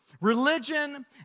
religion